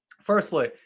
firstly